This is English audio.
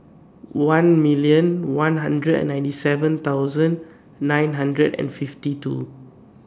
one million one hundred and ninety seven thousand nine hundred and fifty two